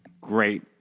great